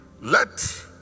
let